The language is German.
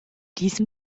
diesem